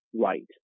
right